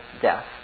death